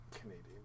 Canadian